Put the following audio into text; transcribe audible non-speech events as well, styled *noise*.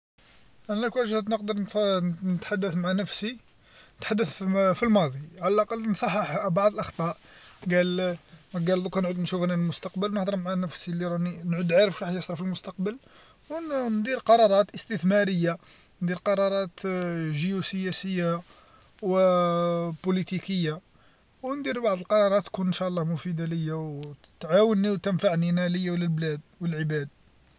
أنا لوكان جات نقدر نتحدث مع نفسي نتحدث في الماضي على الأقل نصحح بعض الأخطاء قال *hesitation* قال ضوكا نعود نشوف أنا المستقبل نهضر مع نفسي اللي راني نعود عارف واش راح يصرى في المستقبل وندير قرارات إستثماريه ندير قرارات *hesitation* جيوسياسية و *hesitation* بوليتيكيه و ندير بعض القرارات تكون إن شاء الله مفيده ليا و تعاون ناس و تنفعني أنا ليا ولبلاد و لعباد.